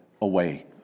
away